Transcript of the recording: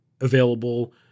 available